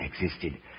existed